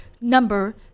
number